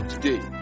today